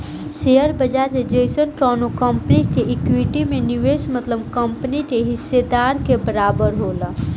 share बाजार के जइसन कवनो कंपनी के इक्विटी में निवेश मतलब कंपनी के हिस्सेदारी के बराबर होला